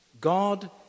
God